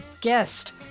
guest